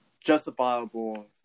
justifiable